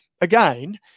again